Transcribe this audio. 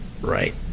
right